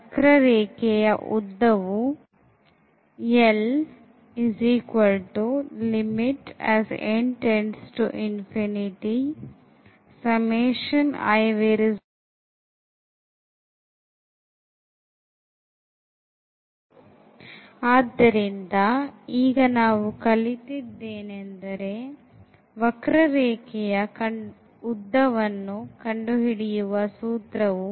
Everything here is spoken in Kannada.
ವಕ್ರರೇಖೆಯ ಉದ್ದ L ಆದ್ದರಿಂದ ಈಗ ನಾವು ಕಲಿತಿದ್ದೇನೆಂದರೆ ವಕ್ರರೇಖೆಯ ಉದ್ದವನ್ನು ಕಂಡುಹಿಡಿಯುವ ಸೂತ್ರವು